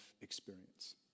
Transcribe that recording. experience